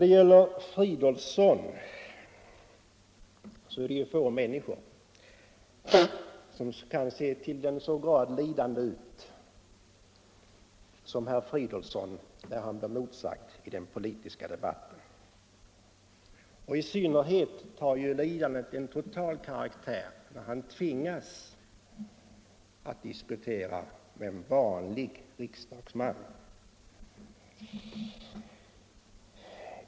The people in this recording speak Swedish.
Det är få människor som kan se till den grad lidande ut som herr Fridolfsson när de blir motsagda i en politisk debatt. I synnerhet när herr Fridolfsson tvingas diskutera med en ”vanlig” riksdagsman antar lidandet en total karaktär.